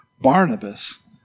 Barnabas